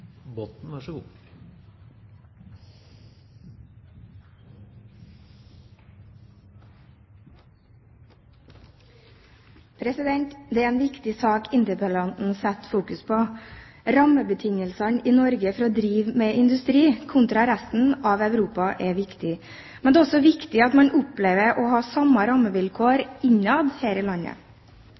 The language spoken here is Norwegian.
en viktig sak interpellanten setter fokus på. Rammebetingelsene for å drive med industri i Norge kontra i resten av Europa, er viktig, men det er også viktig at man opplever å ha samme rammevilkår innad her i landet.